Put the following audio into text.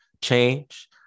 change